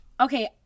Okay